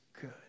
good